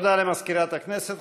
תודה למזכירת הכנסת.